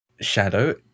Shadow